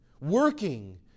working